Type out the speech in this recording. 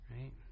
Right